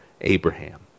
Abraham